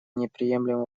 неприемлемо